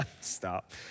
stop